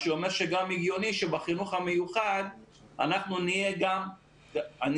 זה אומר שגם הגיוני שבחינוך המיוחד אנחנו נהיה יותר רבים.